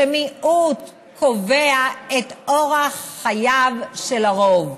שמיעוט קובע את אורח חייו של הרוב.